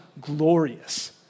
glorious